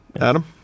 Adam